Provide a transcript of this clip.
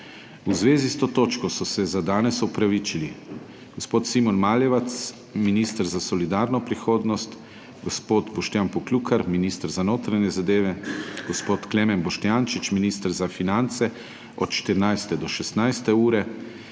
V zvezi s to točko so se za danes opravičili: gospod Simon Maljevac, minister za solidarno prihodnost, gospod Boštjan Poklukar, minister za notranje zadeve, gospod Klemen Boštjančič, minister za finance, od 14. do 16. ure,